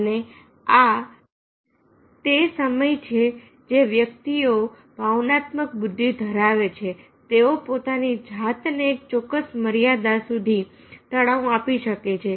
અને આ તે સમયે જે વ્યક્તિઓ ભાવનાત્મક બુદ્ધિ ધરાવે છે તેઓ પોતાની જાતને એક ચોક્કસ મર્યાદા સુધી તણાવ આપી શકે છે